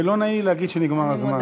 ולא נעים לי להגיד שנגמר הזמן.